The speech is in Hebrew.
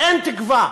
אין תקווה,